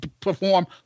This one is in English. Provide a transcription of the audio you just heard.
perform